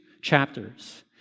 chapters